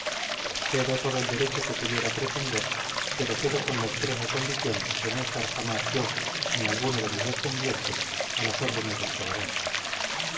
cedo todo el derecho que pudiera pretender pero cedo con la expresa condición de no estar jamás yo ni alguno de mis descendientes a las órdenes del soberano